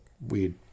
weird